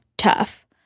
tough